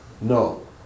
No